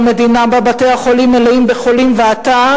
היא המדינה שבה בתי-החולים מלאים בחולים ואתה,